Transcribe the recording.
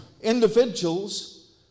Individuals